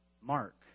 Mark